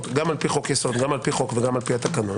גם על פי חוק יסוד וגם על פי התקנון.